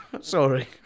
Sorry